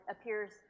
appears